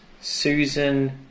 Susan